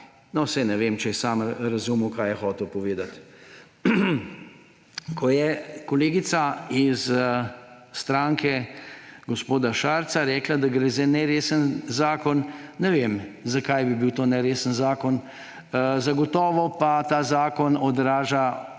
No, saj ne vem, če je sam razumel, kaj je hotel povedati. Ko je kolegica iz stranke gospoda Šarca rekla, da gre za neresen zakon – ne vem, zakaj bi bil to neresen zakon. Zagotovo pa odnos do